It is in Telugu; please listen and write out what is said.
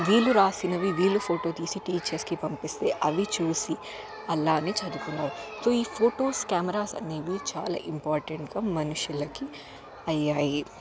వీళ్ళు రాసినవి వీళ్ళు ఫోటో తీసి టీచర్స్కి పంపిస్తే అవి చూసి అలానే చదువుకునేవారు సో ఈ ఫొటోస్ కెమెరాస్ అనేవి చాలా ఇంపార్టెంట్గా మనుషులకి అయ్యాయి